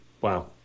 wow